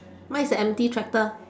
mine is a empty tractor